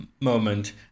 moment